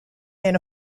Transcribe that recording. ran